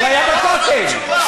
הוא